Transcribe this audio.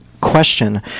question